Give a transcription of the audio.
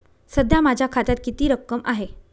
सध्या माझ्या खात्यात किती रक्कम आहे?